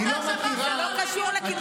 זה לא קשור לקידוש.